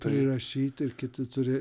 prirašyti ir kiti turi